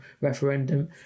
referendum